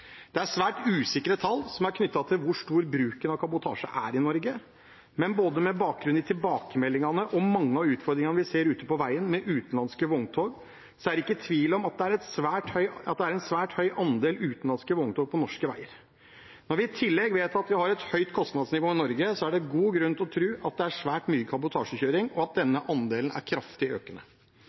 Det er svært usikre tall knyttet til hvor stor bruken av kabotasje er i Norge, men med bakgrunn i både tilbakemeldingene og mange av utfordringene vi ser ute på veiene med utenlandske vogntog, er det ikke tvil om at det er en svært høy andel utenlandske vogntog på norske veier. Når vi i tillegg vet at vi har et høyt kostnadsnivå i Norge, er det god grunn til å tro at det er svært mye kabotasjekjøring, og at denne andelen er kraftig økende.